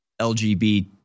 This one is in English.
LGBT